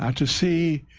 and to see,